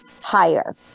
higher